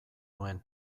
nuen